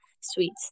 sweets